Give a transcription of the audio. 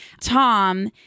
Tom